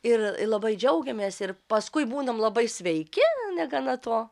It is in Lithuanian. ir ir labai džiaugiamės ir paskui būnam labai sveiki negana to